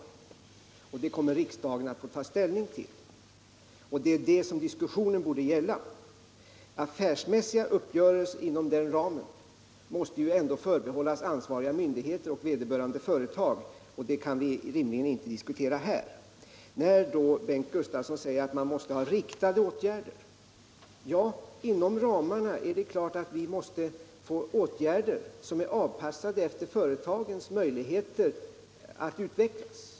Det förslaget kommer riksdagen att få ta ställning till, och det är det som diskussionen borde gälla Affärsmässiga uppgörelser inom den ramen måste ändå förbehållas ansvariga myndigheter och vederbörande företag, sådant kan vi inte rimligen diskutera här. Då säger Bengt Gustavsson att man måste ha riktade åtgärder. Ja, inom ramarna är det klart att vi måste få åtgärder som är avpassade efter företagens möjlighet att utvecklas.